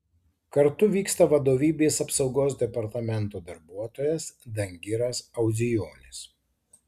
kartu vyksta vadovybės apsaugos departamento darbuotojas dangiras audzijonis